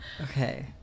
Okay